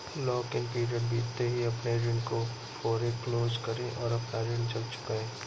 lock in period बीतते ही अपने ऋण को फोरेक्लोज करे और अपना ऋण जल्द चुकाए